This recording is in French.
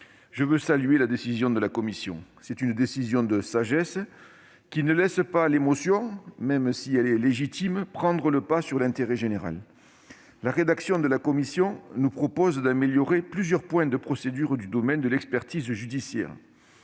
je salue la décision de la commission. C'est une décision de sagesse, qui ne laisse pas l'émotion, même légitime, prendre le pas sur l'intérêt général. Avec sa rédaction, la commission nous propose d'améliorer plusieurs points de procédure du domaine de l'expertise judiciaire.